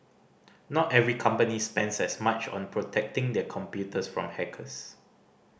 not every company spends as much on protecting their computers from hackers